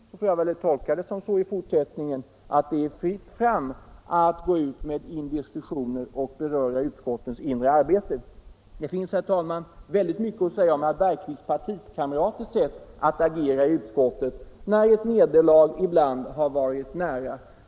Jag tolkar detta som ett klartecken att det i fortsättningen är fritt fram att gå ut med indiskretioner och beröra utskottens inre arbete. Det finns, herr talman, väldigt mycket att säga om det sätt som herr Bergqvists partikamrater agerat på i utskottet när ett nederlag har varit nära.